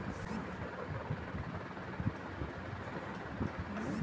কোন সংস্থায় বিনিয়োগ করার যে পোর্টফোলিও থাকে তাকে ইনভেস্টমেন্ট পারফর্ম্যান্স বলে